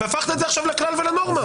והפכת את זה עכשיו לכלל ולנורמה.